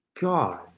God